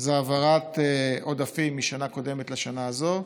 העברת עודפים משנה קודמת לשנה זו,